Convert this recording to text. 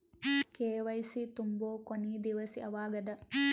KYC ತುಂಬೊ ಕೊನಿ ದಿವಸ ಯಾವಗದ?